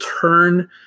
turn